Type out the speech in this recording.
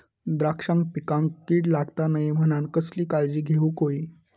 द्राक्षांच्या पिकांक कीड लागता नये म्हणान कसली काळजी घेऊक होई?